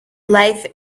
life